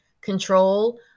control